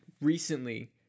recently